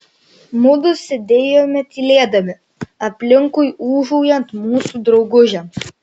mudu sėdėjome tylėdami aplinkui ūžaujant mūsų draugužiams